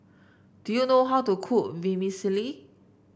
do you know how to cook Vermicelli